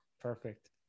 Perfect